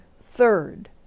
third